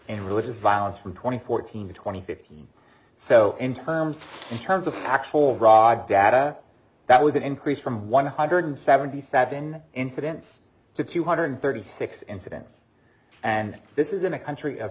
in religious violence from twenty fourteen to twenty fifteen so in terms in terms of actual raw data that was an increase from one hundred seventy sat in incidents to two hundred thirty six incidents and this is in a country